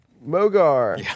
Mogar